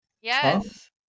Yes